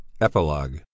EPILOGUE